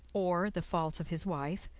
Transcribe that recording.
or the faults of his wife,